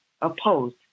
opposed